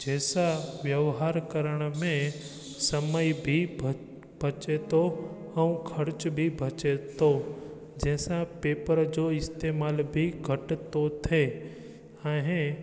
जंहिंसां व्यवहार करण में समय बि ब बचे थो ऐं ख़र्च बि बचे थो जंहिंसां पेपर जो इस्तेमाल बि घटि थो थिए ऐं